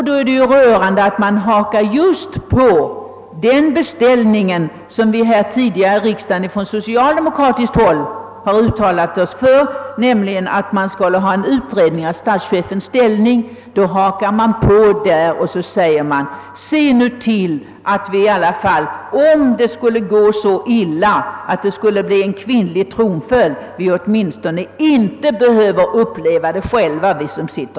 Det är därför rörande att man hakar på just den beställning som vi på socialdemokratiskt håll uttalat oss för tidigare här i riksdagen, nämligen om en utredning av statschefens ställning. Innebörden av deras förslag är att man skall se till att åtminstone de som nu sitter här i kammaren, om det nu skulle gå så illa att det blir kvinnlig tronföljd, själva skall slippa uppleva detta.